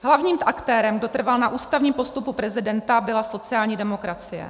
Hlavním aktérem, kdo trval na ústavním postupu prezidenta, byla sociální demokracie.